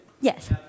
Yes